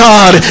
God